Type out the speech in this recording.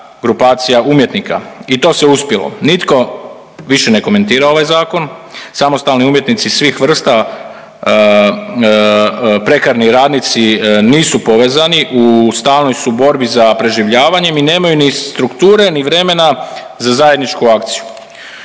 grupacija umjetnika. I to se uspjelo. Nitko više ne komentira ovaj zakon. Samostalni umjetnici svih vrsta, prekarni radnici nisu povezani, u stalnoj su borbi za preživljavanjem i nemaju ni strukture ni vremena za zajedničku akciju.